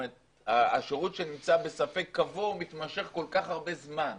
והוא שנמצא בספק קבוע ומתמשך כל כך הרבה זמן.